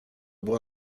była